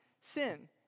sin